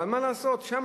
האם הוא נוסע כשהוא